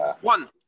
one